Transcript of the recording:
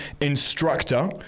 instructor